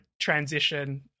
transition